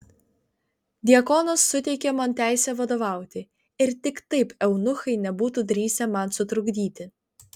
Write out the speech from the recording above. diakonas suteikė man teisę vadovauti ir tik taip eunuchai nebūtų drįsę man sutrukdyti